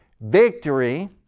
Victory